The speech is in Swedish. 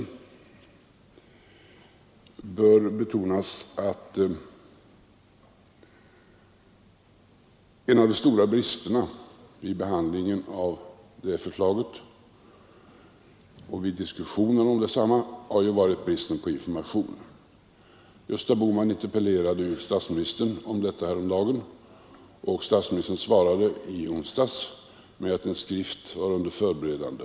Det bör betonas att en av de stora bristerna vid behandlingen av det förslaget och vid diskussionerna om detsamma har varit bristen på information. Gösta Bohman interpellerade statsministern om detta häromdagen, och statsministern svarade i onsdags med att en skrift var under förberedande.